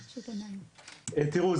תראו,